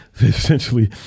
essentially